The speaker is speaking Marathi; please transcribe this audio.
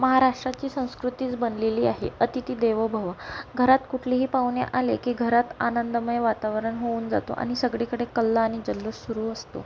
महाराष्ट्राची संस्कृतीच बनलेली आहे अतिथी देवो भव घरात कुठलेही पाहुणे आले की घरात आनंदमय वातावरण होऊन जातो आणि सगळीकडे कल्ला आणि जल्लोष सुरू असतो